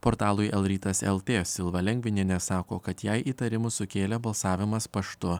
portalui lrytas el tė silva lengvinienė sako kad jai įtarimų sukėlė balsavimas paštu